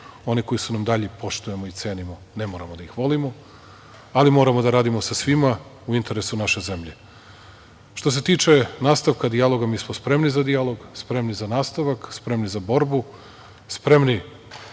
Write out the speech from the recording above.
one koji su nam dalji poštujemo i cenimo, ne moramo da ih volimo, ali moramo da radimo sa svima u interesu naše zemlje. Što se tiče nastavka dijaloga, mi smo spremni za dijalog, spremni za nastavak, spremni za borbu, spremni